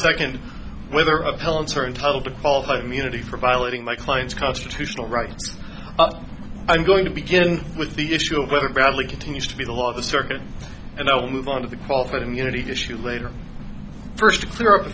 second whether appellate certain title to qualified immunity for violating my client's constitutional rights i'm going to begin with the issue of whether bradley continues to be the law of the circuit and i'll move on to the qualified immunity issue later first clear